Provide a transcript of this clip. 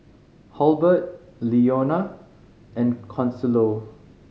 Halbert Leonia and Consuelo